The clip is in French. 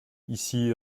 ici